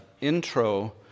intro